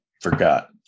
forgot